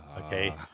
Okay